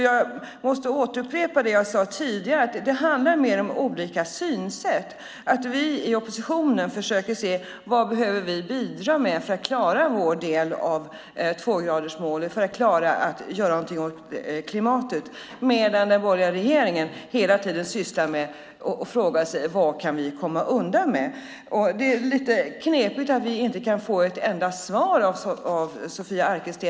Jag måste upprepa det jag sade tidigare om att det handlar om olika synsätt. Vi i oppositionen försöker se vad vi behöver bidra med för att klara vår del av tvågradersmålet och göra något åt klimatet. Den borgerliga regeringen frågar sig i stället hela tiden: Vad kan vi komma undan med? Det är lite knepigt att vi inte kan få ett enda svar av Sofia Arkelsten.